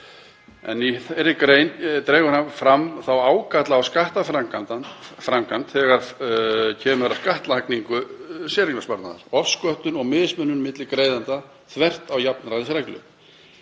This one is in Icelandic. Í þeirri grein dregur hann fram ágalla á skattaframkvæmd þegar kemur að skattlagningu séreignarsparnaðar, ofsköttun og mismunun milli greiðenda þvert á jafnræðisreglu.